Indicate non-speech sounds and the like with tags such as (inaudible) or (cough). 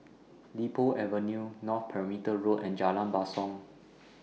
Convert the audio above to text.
Li Po Avenue North Perimeter Road and Jalan Basong (noise)